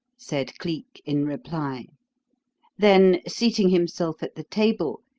said cleek, in reply then, seating himself at the table,